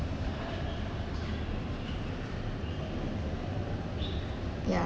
ya